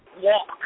walk